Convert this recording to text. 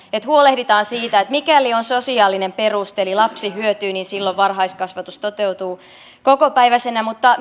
huolehditaan siitä että mikäli on sosiaalinen peruste eli lapsi hyötyy silloin varhaiskasvatus toteutuu kokopäiväisenä mutta